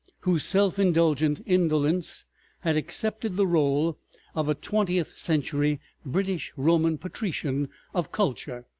whose self-indulgent indolence had accepted the role of a twentieth-century british roman patrician of culture,